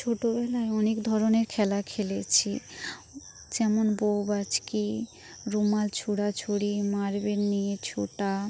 ছোটোবেলায় অনেক ধরনের খেলা খেলেছি যেমন বৌ বাছকি রুমাল ছোঁড়াছুঁড়ি মার্বেল নিয়ে ছোটা